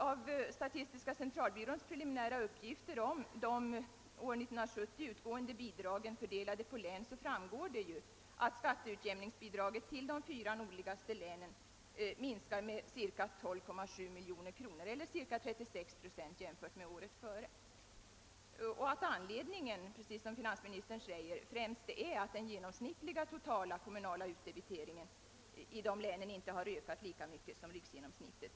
Av statistiska centralbyråns preliminära uppgifter om de år 1970 utgående bidragen fördelade på län framgår, att skatteutjämningsbidraget till de fyra nordligaste länen minskar med ca 12,7 miljoner kronor eller med 36 procent i förhållande till föregående års bidrag. Anledningen härtill är, såsom finansministern sade, att den genomsnittliga kommunala totalutdebiteringen i dessa län inte ökat lika starkt som riksgenomsnittet.